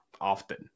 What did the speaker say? often